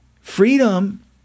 Freedom